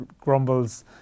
grumbles